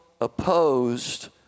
opposed